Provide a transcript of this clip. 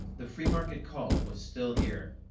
the free market cult was still here.